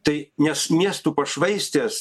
tai nes miestų pašvaistės